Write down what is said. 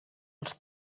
els